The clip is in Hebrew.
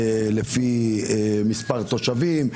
לפי מספר תושבים.